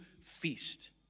feast